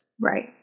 Right